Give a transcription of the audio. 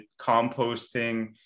composting